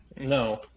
No